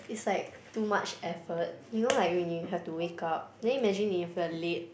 it's like too much effort you know like when you have to wake up then imagine if you are late